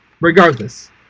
Regardless